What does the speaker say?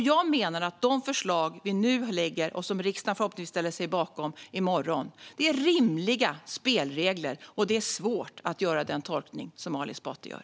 Jag menar att de förslag vi nu lägger fram och som riksdagen förhoppningsvis ställer sig bakom i morgon är rimliga spelregler och att det är svårt att göra den tolkning som Ali Esbati gör.